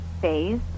phase